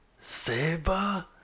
Saber